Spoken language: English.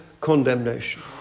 condemnation